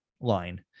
line